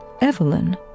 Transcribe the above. Evelyn